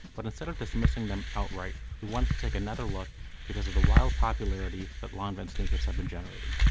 but instead of dismissing them outright, we wanted to take another look because of the wild popularity that lanvin sneakers have been generating.